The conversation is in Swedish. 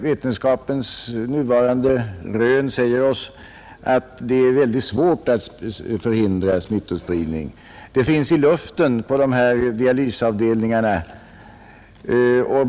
Vetenskapens nuvarande rön säger oss emellertid att det är mycket svårt att förhindra smittospridning. Bacillerna finns i luften på dialysavdelningarna.